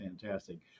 fantastic